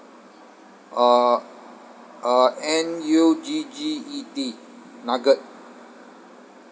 uh uh N U G G E T nugget